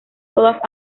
todas